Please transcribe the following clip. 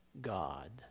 God